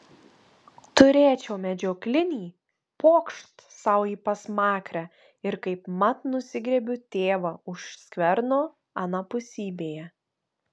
turėčiau medžioklinį pokšt sau į pasmakrę ir kaipmat nusigriebiu tėvą už skverno anapusybėje